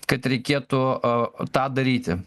kad reikėtų tą daryti